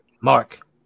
Mark